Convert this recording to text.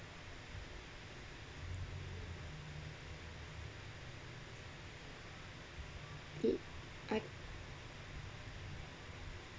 it I